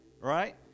right